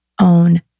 own